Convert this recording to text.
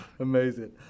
Amazing